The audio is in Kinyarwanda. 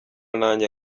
nanjye